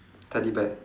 teddy bear